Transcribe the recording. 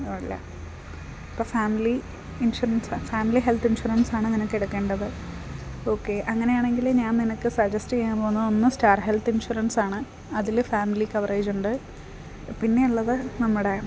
ഒന്നുമില്ല അപ്പം family insurance family health insurance ആണ് നിനക്ക് എടുക്കേണ്ടത് ഓക്കെ അങ്ങനെയാണെങ്കിൽ ഞാൻ നിനക്ക് സജസ്റ്റ് ചെയ്യാൻ പോകുന്നത് ഒന്ന് സ്റ്റാർ ഹെൽത്ത് ഇൻഷുറൻസ് ആണ് അതിൽ ഫാമിലി കവറേജ് ഉണ്ട് പിന്നെയുള്ളത് നമ്മടെ